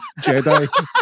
Jedi